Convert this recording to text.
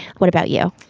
what about you?